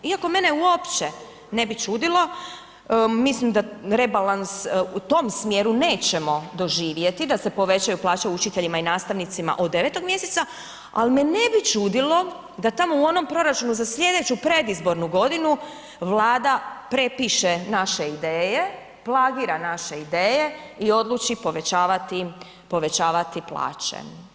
Iako mene uopće ne bi čudilo, mislim da rebalans u tom smjeru nećemo doživjeti da se povećaju plaće učiteljima i nastavnicima od 9. mjeseca, al me ne bi čudilo da tamo u onom proračunu za slijedeću predizbornu godinu Vlada prepiše naše ideje, plagira naše ideje i odluči povećavati, povećavati plaće.